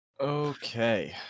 Okay